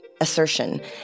assertion